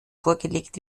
vorgelegt